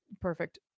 perfect